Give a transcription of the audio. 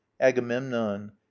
agamemnon